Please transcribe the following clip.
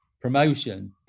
promotion